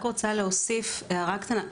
אני רק רוצה להוסיף הערה קטנה.